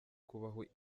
kubaho